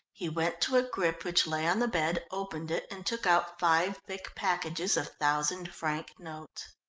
he went to a grip which lay on the bed, opened it and took out five thick packages of thousand-franc notes.